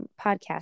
podcast